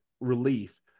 Relief